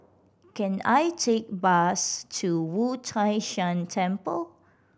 can I take bus to Wu Tai Shan Temple